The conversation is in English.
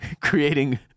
creating